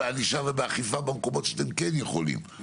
בענישה והאכיפה במקומות שאתם כן יכולים.